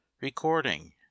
Recording